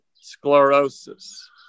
sclerosis